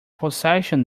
possession